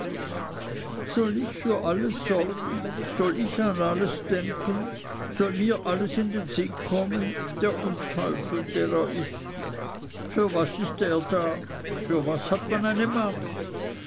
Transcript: soll ich für alles sorgen soll ich an alles denken soll mir alles in den sinn kommen der unteufel der er ist für was ist er da für was hat man eine magd